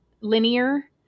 linear